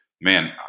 man